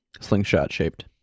slingshot-shaped